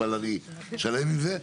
אבל אני שלם עם זה.